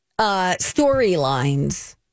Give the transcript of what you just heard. storylines